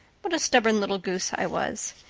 what a stubborn little goose i was.